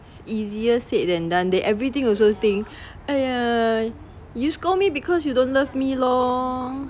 it's easier said than done they everything also think !aiya! you scold me because you don't love me lor